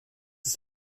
ist